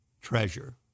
treasure